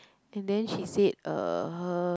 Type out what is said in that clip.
and then she said uh